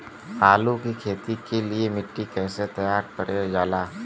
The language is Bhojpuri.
आलू की खेती के लिए मिट्टी कैसे तैयार करें जाला?